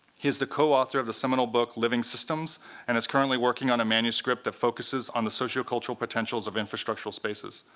he's the co-author of the seminal book living systems and is currently working on a manuscript that focuses on the sociocultural potentials of infrastructural spaces.